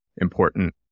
important